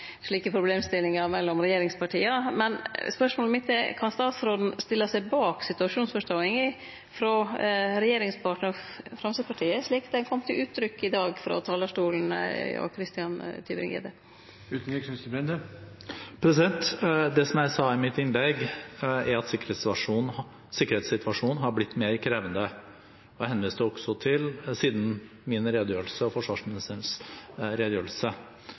slike problemstillingar mellom regjeringspartia, men spørsmålet mitt er: Kan statsråden stille seg bak situasjonsforståinga frå regjeringspartnar Framstegspartiet, slik det kom til uttrykk i dag frå talarstolen, frå Christian Tybring-Gjedde? Det jeg sa i mitt innlegg, er at sikkerhetssituasjonen har blitt mer krevende siden min redegjørelse og forsvarsministerens redegjørelse.